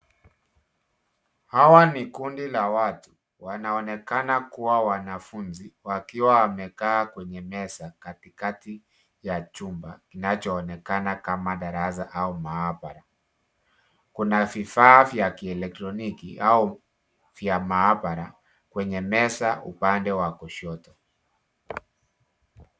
Hawa ni kundi la watu. Wanaonekana kuwa wanafunzi ,wakiwa wamekaa kwenye meza katikati ya chumba kinachoonekana kama darasa au maabara. Kuna vifaa vya kielektroniki au vya maabara kwenye meza upande wa kushoto.